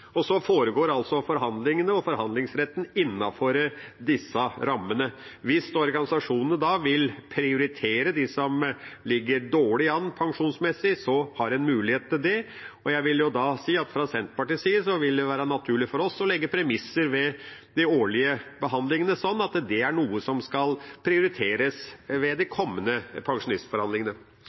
og så foregår forhandlingene og forhandlingsretten innenfor disse rammene. Hvis organisasjonene da vil prioritere dem som ligger dårlig an pensjonsmessig, så har en mulighet til det. Jeg vil si at fra Senterpartiets side vil det være naturlig å legge premisser ved de årlige behandlingene, slik at det er noe som skal prioriteres ved de kommende